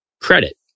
credit